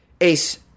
Ace